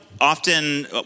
often